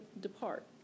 depart